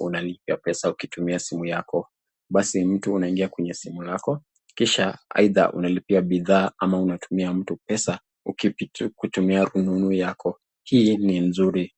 unalipa pesa ukitumia simu yako. Basi mtu anaingia kwenye simu lako kisha aidha unalipia bidhaa ama unatumia mtu pesa ukitumia rununu yako hii ni nzuri.